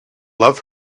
love